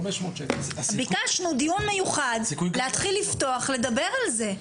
ביקשנו דיון מיוחד, להתחיל לפתוח, לדבר על זה.